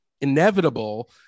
inevitable